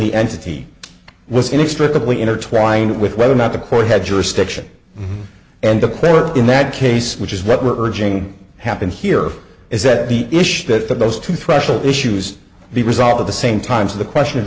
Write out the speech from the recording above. the entity was inexplicably intertwined with whether or not the court had jurisdiction and the player in that case which is what we're urging happen here is that the issue that those two threshold issues be resolved at the same time so the question of